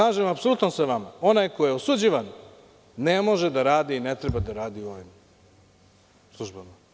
Apsolutno se slažem sa vama, onaj ko je osuđivan ne može da radi i ne treba da radi u ovim službama.